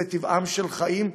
זה טיבם של החיים,